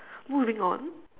moving on